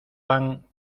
pan